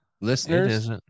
Listeners